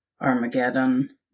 Armageddon